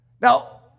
Now